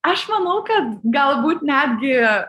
aš manau kad galbūt netgi